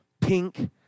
pink